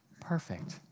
perfect